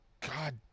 God